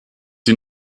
die